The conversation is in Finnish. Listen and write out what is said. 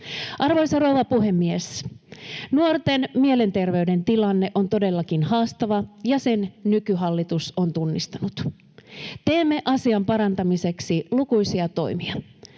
Arvoisa rouva puhemies! Nuorten mielenterveyden tilanne on todellakin haastava, ja sen nykyhallitus on tunnistanut. Teemme asian parantamiseksi lukuisia toimia.